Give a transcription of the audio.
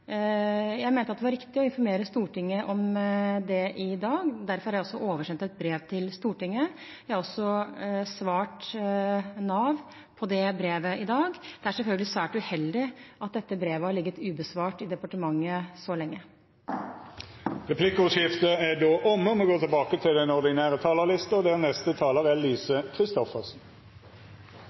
Jeg mente det var riktig å informere Stortinget om det i dag. Derfor har jeg oversendt et brev til Stortinget. Jeg har også svart Nav på det brevet i dag. Det er selvfølgelig svært uheldig at dette brevet har ligget ubesvart i departementet så lenge. Replikkordskiftet er då omme. Dette er det sjuende statsbudsjettet som Solberg-regjeringa legger fram. Et uttrykk som går igjen i budsjettforslagene fra denne regjeringa, og